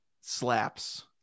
slaps